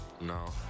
No